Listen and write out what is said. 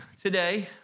today